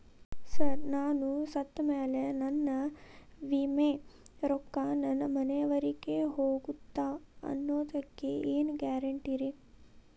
Sir ನಾನು ಸತ್ತಮೇಲೆ ನನ್ನ ವಿಮೆ ರೊಕ್ಕಾ ನನ್ನ ಮನೆಯವರಿಗಿ ಹೋಗುತ್ತಾ ಅನ್ನೊದಕ್ಕೆ ಏನ್ ಗ್ಯಾರಂಟಿ ರೇ?